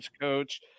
coach